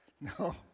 No